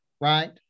right